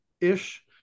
ish